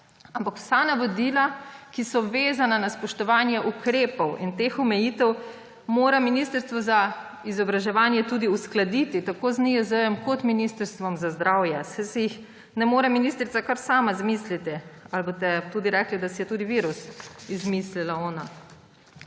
Ampak vsa navodila, ki so vezana na spoštovanje ukrepov in teh omejitev, mora ministrstvo za izobraževanje tudi uskladiti tako z NIJZ kot z Ministrstvom za zdravje, saj si jih ne more ministrica kar sama izmisliti. Ali boste rekli tudi, da si je virus izmislila ona?